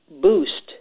boost